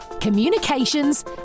communications